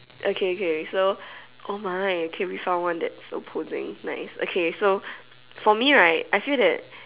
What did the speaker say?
okay okay so oh my okay we found one that's opposing nice okay so for me right I feel that